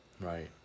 Right